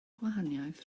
gwahaniaeth